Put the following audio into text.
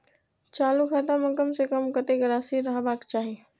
चालु खाता में कम से कम कतेक राशि रहबाक चाही?